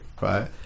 right